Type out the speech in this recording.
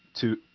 two